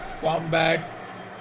combat